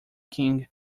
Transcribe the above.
king